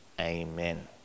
amen